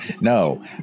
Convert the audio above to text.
No